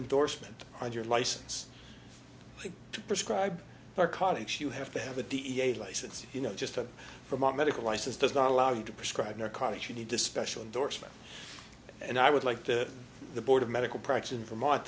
endorsement on your license to prescribe narcotics you have to have a d e a license you know just to for my medical license does not allow you to prescribe narcotics you need to special indorsement and i would like to the board of medical practice in vermont